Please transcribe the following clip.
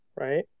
right